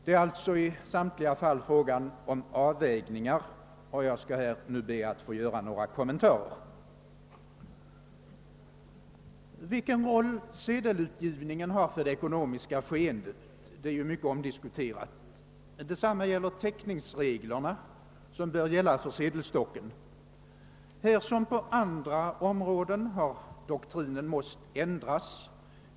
Det är alltså i samtliga fall fråga om avvägningar, och jag skall göra några korta kommentarer härtill. Vilken roll sedelutgivningen har för det ekonomiska skeendet är mycket omdiskuterat. Detsamma gäller de täck ningsregler som bör gälla för sedelstocken. Här som på andra områden har doktrinerna måst ändras.